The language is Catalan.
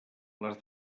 les